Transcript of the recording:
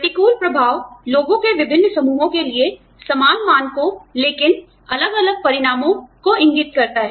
प्रतिकूल प्रभाव लोगों के विभिन्न समूहों के लिए समान मानकों लेकिन अलग अलग परिणामों को इंगित करता है